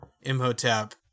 Imhotep